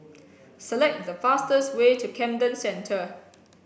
select the fastest way to Camden Centre